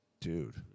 Dude